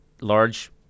large